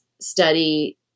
study